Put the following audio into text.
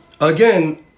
again